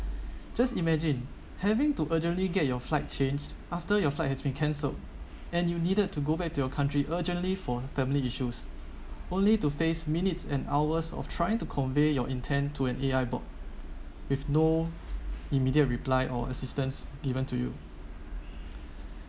just imagine having to urgently get your flight changed after your flight has been cancelled and you needed to go back to your country urgently for family issues only to face minutes and hours of trying to convey your intend to an A_I bot with no immediate reply or assistance given to you